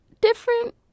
different